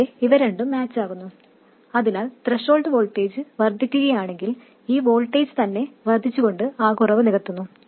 ഇവിടെ ഇവ രണ്ടും മാച്ച് ആകുന്നു അതിനാൽ ത്രെഷോൾഡ് വോൾട്ടേജ് വർദ്ധിക്കുകയാണെങ്കിൽ ഈ വോൾട്ടേജ് തന്നെ വർദ്ധിച്ചുകൊണ്ട് ആ കുറവ് നികത്തുന്നു